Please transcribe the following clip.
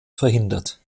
verhindert